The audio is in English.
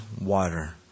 water